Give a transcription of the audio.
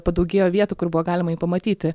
padaugėjo vietų kur buvo galima jį pamatyti